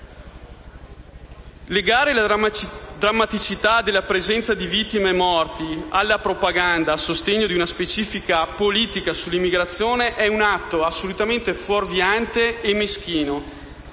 Negare la drammaticità della presenza di vittime e morti alla propaganda e al sostegno di una specifica politica sull'immigrazione è un atto assolutamente fuorviante e meschino.